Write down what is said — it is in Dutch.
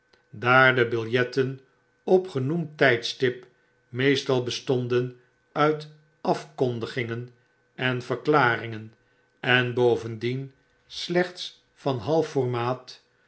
de biljetten op genoemd tijdstip meestal bestonden uit afkondigingen en verklaringen en bovendien slechts van half formaat